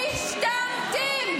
משתמטים.